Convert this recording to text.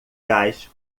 gás